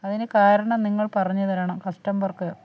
അതിനു കാരണം നിങ്ങൾ പറഞ്ഞു തരണം കസ്റ്റമർക്ക്